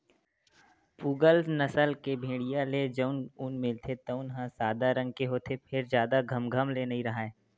पूगल नसल के भेड़िया ले जउन ऊन मिलथे तउन ह सादा रंग के होथे फेर जादा घमघम ले नइ राहय